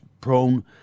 prone